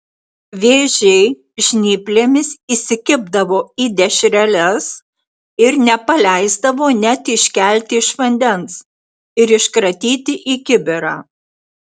vėžiai žnyplėmis įsikibdavo į dešreles ir nepaleisdavo net iškelti iš vandens ir iškratyti į kibirą